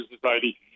society